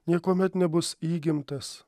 niekuomet nebus įgimtas